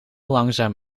langzaam